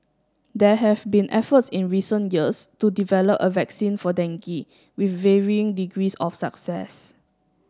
there have been efforts in recent years to develop a vaccine for dengue with varying degrees of success